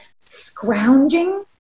scrounging